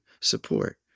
support